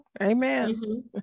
Amen